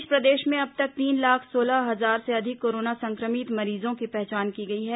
इस बीच प्रदेश में अब तक तीन लाख सोलह हजार से अधिक कोरोना संक्रमित मरीजों की पहचान की गई है